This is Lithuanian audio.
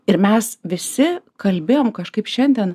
ir mes visi kalbėjom kažkaip šiandien